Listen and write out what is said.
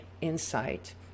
insight